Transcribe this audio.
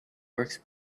works